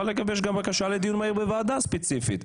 לגבש בקשה לדיון מהיר בוועדה ספציפית.